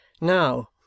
Now